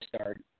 start